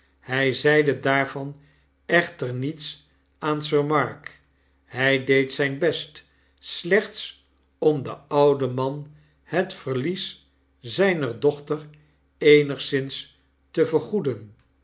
hij zeide daarvan echter niets aan sir mark by deed zyn best slechts om den ouden man het verlies zyner dochter eenigszins te vergoeden